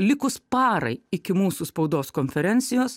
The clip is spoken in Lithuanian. likus parai iki mūsų spaudos konferencijos